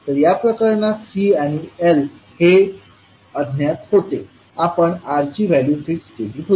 तर या प्रकरणात C आणि L हे अज्ञात होते आणि आपण R ची व्हॅल्यू फिक्स केली होती